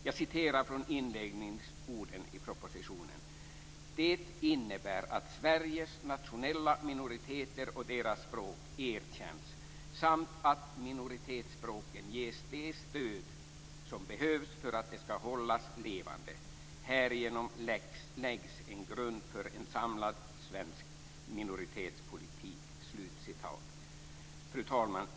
Jag citerar från inledningsorden i propositionen: "Det innebär ett erkännande av Sveriges nationella minoriteter och deras språk och att minoritetsspråken ges stöd för att hållas levande. Förslagen är avsedda att lägga en grund för en samlad svensk minoritetspolitik." Fru talman!